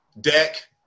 Deck